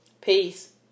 peace